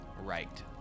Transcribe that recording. right